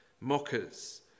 Mockers